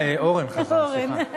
אה, אורן חזן, סליחה.